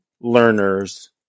learners